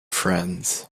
friends